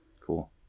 Cool